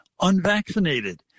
unvaccinated